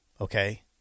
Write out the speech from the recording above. okay